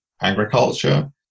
agriculture